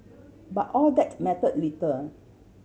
but all that mattered little